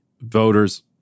voters